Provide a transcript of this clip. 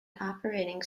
operating